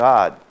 God